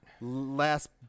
last